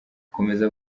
akomeza